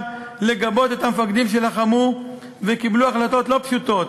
לגבות את המפקדים שלחמו וקיבלו החלטות לא פשוטות,